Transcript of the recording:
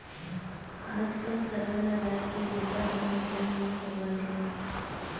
आज कल थरहा लगाए के बूता ह मसीन म होवथे